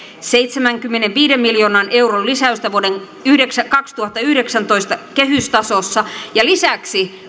seitsemänkymmenenviiden miljoonan euron lisäystä vuoden kaksituhattayhdeksäntoista kehystasossa ja lisäksi